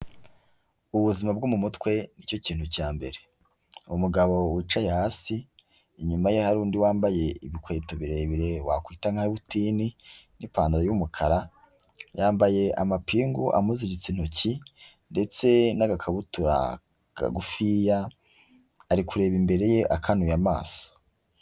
Ubuzima bwo mu mutwe, nicyo kintu cya mbere. Umugabo wicaye hasi, inyuma ye hari undi wambaye ibikweto birebire, wakwita nka butini n'ipantaro y'umukara, yambaye amapingu amuziritse intoki, ndetse n'agakabutura kagufiya, ari kureba imbere ye, akanuye amaso.